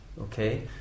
Okay